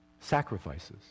Sacrifices